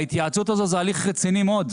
ההתייעצות הזאת זה הליך רציני מאוד,